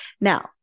Now